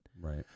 Right